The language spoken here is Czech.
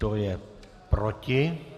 Kdo je proti?